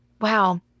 wow